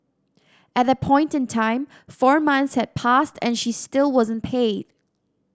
at that point in time four months had passed and she still wasn't paid